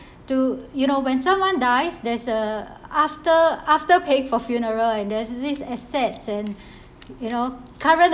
to you know when someone dies there's a after after paying for funeral and there's these assets and you know